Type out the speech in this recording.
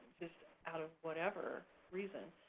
out of whatever reason.